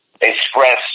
express